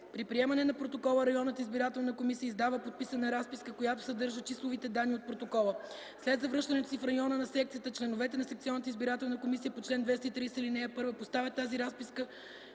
При приемане на протоколите общинската избирателна комисия издава подписана разписка, която съдържа числовите данни от протоколите. След завръщането си в района на секцията членовете на секционната избирателна комисия по чл. 231, ал. 1 поставят тази разписка